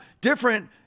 different